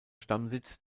stammsitz